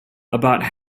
about